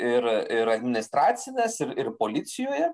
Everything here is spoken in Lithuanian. ir ir administracines ir ir policijoje